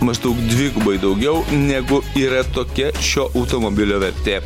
maždaug dvigubai daugiau negu yra tokia šio automobilio vertė